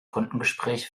kundengespräch